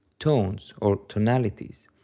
tones, or tonalities,